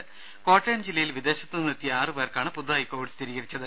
രുമ കോട്ടയം ജില്ലയിൽ വിദേശത്തു നിന്നെത്തിയ ആറു പേർക്കാണ് പുതുതായി കോവി ഡ് സ്ഥിരീകരിച്ചത്